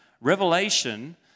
revelation